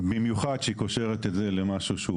במיוחד כשהיא קושרת את זה למשהו שהוא